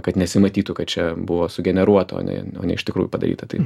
kad nesimatytų kad čia buvo sugeneruota o ne o ne iš tikrųjų padaryta tai